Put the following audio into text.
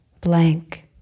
blank